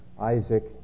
Isaac